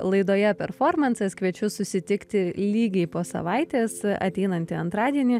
laidoje performansas kviečiu susitikti lygiai po savaitės ateinantį antradienį